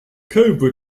cobra